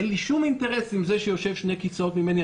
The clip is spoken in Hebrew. אין לי שום אינטרס עם זה שיושב שני כיסאות ממני,